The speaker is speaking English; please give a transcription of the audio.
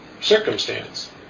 circumstance